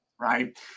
right